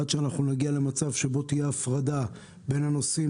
עד שאנחנו נגיע למצב שבו תהיה הפרדה בין הנוסעים